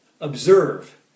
Observe